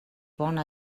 bona